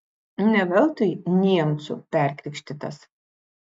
ne veltui niemcu perkrikštytas